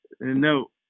No